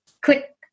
click